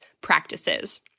practices